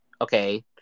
okay